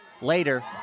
later